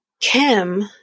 Kim